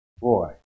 Boy